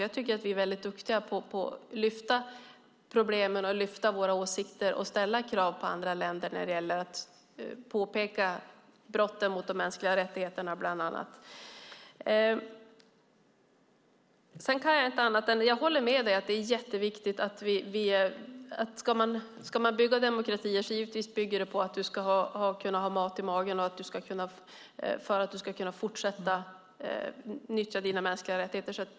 Jag tycker att vi är duktiga på att ta upp problemen, föra fram våra åsikter och ställa krav på andra länder när det gäller bland annat brott mot de mänskliga rättigheterna. Jag håller med om att om man ska kunna bygga demokrati är det naturligtvis en förutsättning att man har mat i magen för att man ska kunna utnyttja sina mänskliga rättigheter.